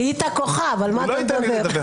נהיית כוכב, על מה אתה מדבר.